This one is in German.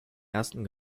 ersten